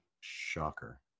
shocker